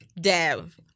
Dev